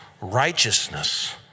righteousness